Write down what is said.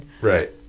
Right